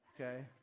okay